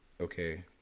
Okay